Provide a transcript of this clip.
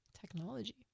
technology